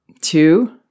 Two